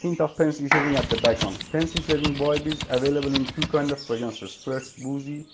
hint of pencil-shaving at the background. pencil shaving vibe is available in two kind of fragrances first boozy,